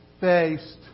based